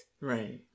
Right